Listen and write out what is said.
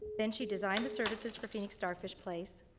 then she designed the services for phoenix starfish place,